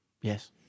Yes